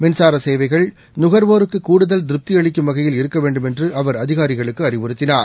மின்சாரசேவைகள் நுகர்வோருக்குகூடுதல் திருப்திஅளிக்கும் வகையில் இருக்கவேண்டுமென்றுஅவர் அதிகாரிகளுக்குஅறிவுறுத்தினார்